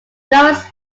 lawrence